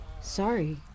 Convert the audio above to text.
Sorry